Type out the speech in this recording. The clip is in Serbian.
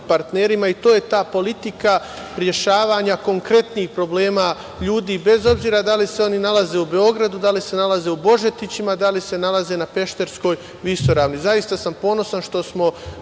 partnerima. To je ta politika rešavanja konkretnih problema ljudi, bez obzira da li se oni nalaze u Beogradu, da li se nalaze u Božetićima, da li se nalaze na Pešterskoj visoravni. Zaista sam ponosan što smo